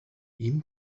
ihm